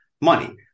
money